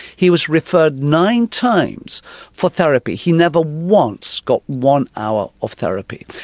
he was referred nine times for therapy, he never once got one hour of therapy.